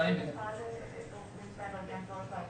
אין צורך לקרוא.